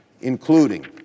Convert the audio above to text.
including